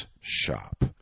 shop